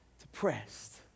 depressed